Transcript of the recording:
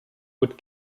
wood